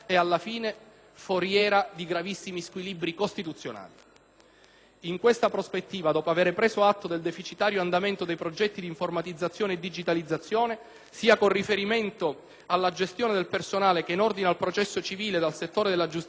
foriera di gravissimi squilibri costituzionali. In questa prospettiva, dopo aver preso atto del deficitario andamento dei progetti di informatizzazione e digitalizzazione, sia con riferimento alla gestione del personale, che in ordine al processo civile ed al settore della giustizia penale,